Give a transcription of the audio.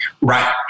Right